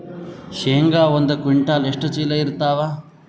ಶೇಂಗಾ ಒಂದ ಕ್ವಿಂಟಾಲ್ ಎಷ್ಟ ಚೀಲ ಎರತ್ತಾವಾ?